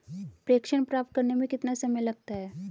प्रेषण प्राप्त करने में कितना समय लगता है?